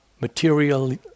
material